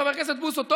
חבר הכנסת בוסו,